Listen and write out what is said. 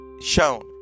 shown